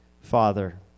father